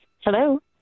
Hello